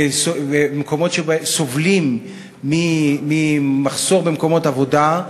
מקומות שבהם סובלים ממחסור במקומות עבודה,